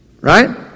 Right